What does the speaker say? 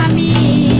me